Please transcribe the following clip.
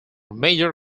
major